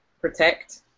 protect